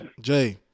Jay